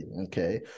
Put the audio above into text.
okay